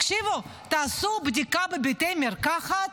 תעשו בדיקה בבתי מרקחת,